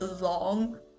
long